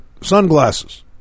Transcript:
sunglasses